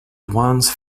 once